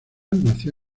nació